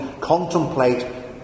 contemplate